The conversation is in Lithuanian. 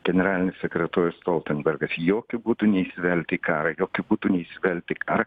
generalinis sekretorius stoltenbergas jokiu būdu neįsivelt į karą jokiu būdu neįsivelt į karą